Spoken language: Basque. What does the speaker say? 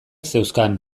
zeuzkan